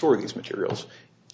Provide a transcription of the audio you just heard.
these materials